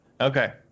Okay